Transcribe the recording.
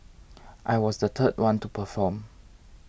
I was the third one to perform